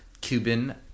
Cuban